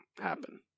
happen